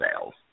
sales